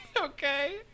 Okay